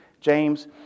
James